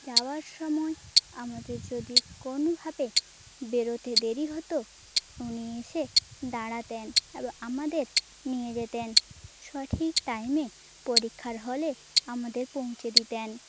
যাওয়ার সময় আমাদের যদি কোনোভাবে বেরোতে দেরি হতো উনি এসে দাঁড়াতেন এবং আমাদের নিয়ে যেতেন সঠিক টাইমে পরীক্ষার হলে আমাদের পৌঁছে দিতেন